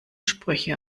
sprüche